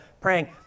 praying